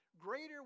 greater